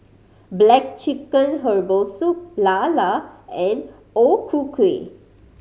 black chicken herbal soup lala and O Ku Kueh